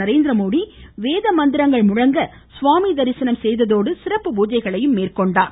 நரேந்திரமோதி வேத மந்திரங்கள் முழங்க சுவாமி தரிசனம் செய்ததோடு சிறப்பு பூஜைகளையும் மேற்கொண்டார்